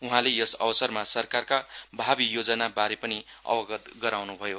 उहाँले यस अवसरमा सरकारका भावि योजनाबारे पनि अवगत गराउन् भयो